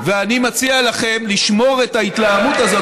ואני מציע לכם לשמור את ההתלהמות הזאת